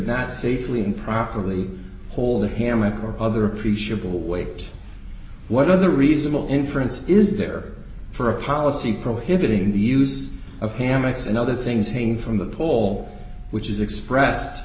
not safely improperly hold a hammock or other appreciable weight what other reasonable inference is there for a policy prohibiting the use of hammocks and other things hanging from the pole which is expressed